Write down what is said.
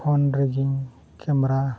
phone ᱨᱮᱜᱮᱧ camera